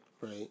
Right